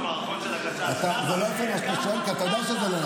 אין לי מושג --- מה שאתה אומר: כל